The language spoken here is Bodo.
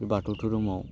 बे बाथौ धोरोमाव